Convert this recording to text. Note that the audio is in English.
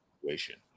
situation